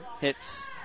hits